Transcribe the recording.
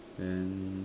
and then